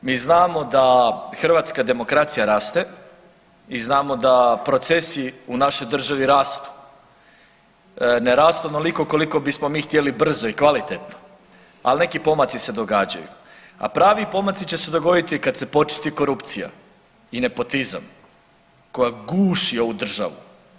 Mi znamo da hrvatska demokracija raste i znamo da procesi u našoj državi rastu, ne rastu onoliko koliko bismo mi htjeli brzo i kvalitetno, al neki pomaci se događaju, a pravi pomaci će se dogoditi kad se počisti korupcija i nepotizam koja guši ovu državu.